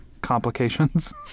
complications